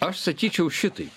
aš sakyčiau šitaip